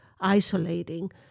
isolating